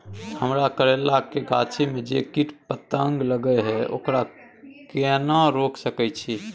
हमरा करैला के गाछी में जै कीट पतंग लगे हैं ओकरा केना रोक सके छी?